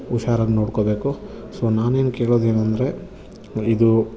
ಹುಷಾರಾಗ್ ನೋಡ್ಕೋಬೇಕು ಸೊ ನಾನೇನು ಕೇಳೋದೇನಂದರೆ ಇದು